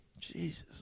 Jesus